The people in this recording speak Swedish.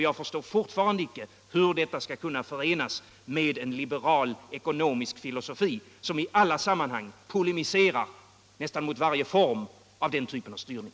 Jag förstår fortfarande inte hur detta skall kunna förenas med en liberal ekonomisk filosofi som i alla sammanhang polemiserar mot nästan varje form av sådan styrning.